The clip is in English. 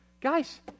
Guys